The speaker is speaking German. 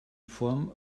form